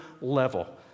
level